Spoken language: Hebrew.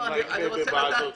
אני רוצה קדימה.